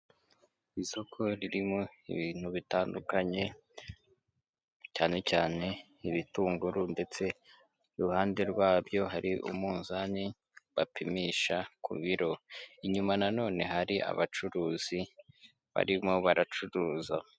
Isoko ririmo ibintu bitandukanye cyane cyane ibitunguru ndetse iruhande rwabyo hari umunzani bapimisha ku biro. Inyuma nanone hari abacuruzi barimo baracuruza.